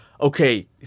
okay